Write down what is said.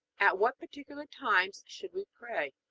at what particular times should we pray?